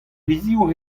hiziv